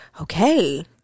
okay